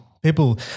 people